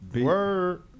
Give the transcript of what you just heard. word